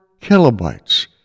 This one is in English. kilobytes